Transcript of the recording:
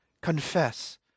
Confess